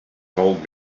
told